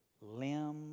limb